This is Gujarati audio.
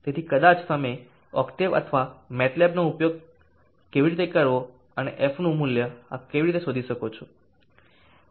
તેથી કદાચ તમે ઓક્ટેવ અથવા MATLAB નો ઉપયોગ કેવી રીતે કરવો અને fનું આ મૂલ્ય કેવી રીતે શોધી શકો છો